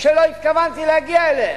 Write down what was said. שלא התכוונתי להגיע אליהם.